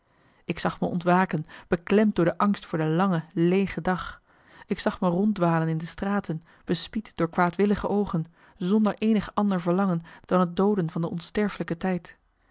ik zag me ontwaken beklemd door de angst voor de lange leege dag ik zag me ronddwalen in de straten bespied door kwaadwillige oogen zonder eenig ander verlangen dan het dooden van de onsterfelijke tijd